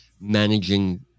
managing